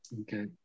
Okay